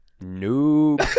Nope